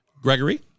gregory